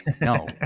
no